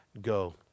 go